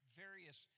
various